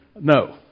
no